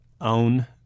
own